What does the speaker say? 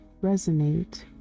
resonate